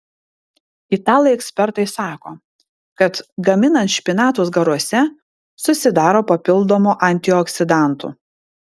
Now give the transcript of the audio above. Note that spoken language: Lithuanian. italai ekspertai sako kad gaminant špinatus garuose susidaro papildomų antioksidantų